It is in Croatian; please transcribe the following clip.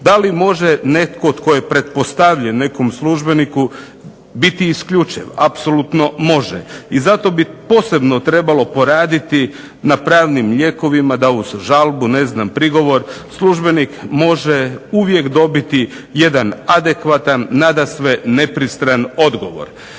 Da li može netko tko je pretpostavljen nekom službeniku biti isključiv? Apsolutno može. I zato bi posebno trebalo poraditi na pravnim lijekovima da uz žalbu, ne znam prigovor, službenik može uvijek dobiti jedan adekvatan nadasve nepristran odgovor.